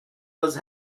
was